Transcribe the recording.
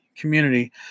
community